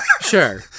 sure